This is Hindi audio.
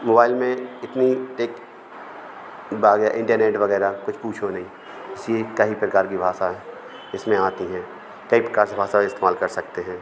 मोबाइल में इतनी एक अब आ गया इंटरनेट वग़ैरह कुछ पूछो नहीं ऐसी कईं प्रकार की भाषा हैं इसमें आती हैं कई प्रकार से भाषा का इस्तेमाल कर सकते हैं